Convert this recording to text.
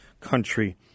country